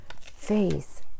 faith